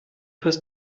heißt